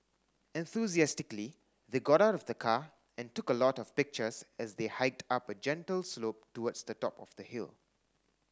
enthusiastically they got out of the car and took a lot of pictures as they hiked up a gentle slope towards the top of the hill